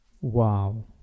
Wow